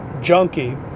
junkie